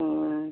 ꯑꯪ